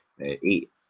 eight